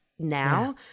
now